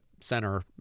center